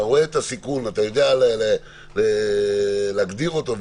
אתה רואה את הסיכון, אתה יודע להגדיר אותו.